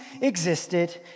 existed